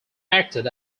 acted